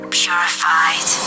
purified